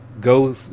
go